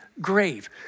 grave